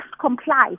comply